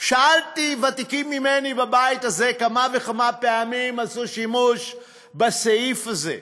שאלתי ותיקים ממני בבית הזה כמה וכמה פעמים עשו שימוש בסעיף הזה,